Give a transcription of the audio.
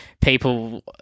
people